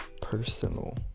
personal